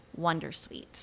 Wondersuite